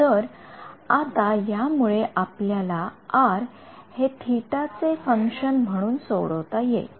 तर आता यामुळे आपल्या R हे Ө चे फंकशन म्हणून सोडवता येईल